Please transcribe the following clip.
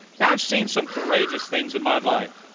now, i've seen some courageous things in my life,